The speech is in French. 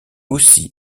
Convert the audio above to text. aussi